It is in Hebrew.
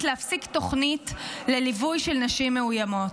להפסיק תוכנית לליווי של נשים מאוימות.